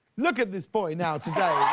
look at this boy now today.